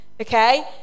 Okay